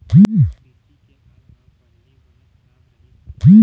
कृषि के हाल ह पहिली बनेच खराब रहिस हे